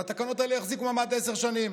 והתקנות האלה יחזיקו מעמד עשר שנים.